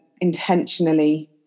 intentionally